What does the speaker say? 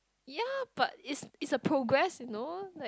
ya but it's it's a progress you know